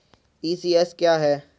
ECS क्या है?